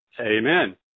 Amen